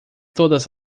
todas